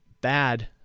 bad